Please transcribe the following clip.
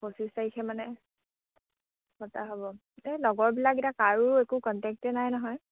পঁচিছ তাৰিখে মানে পতা হ'ব এ লগৰবিলাক এতিয়া কাৰো একো কণ্টেক্টেই নাই নহয়